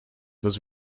was